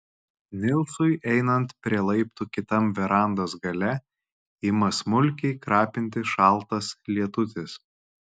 nilsui einant prie laiptų kitam verandos gale ima smulkiai krapinti šaltas lietutis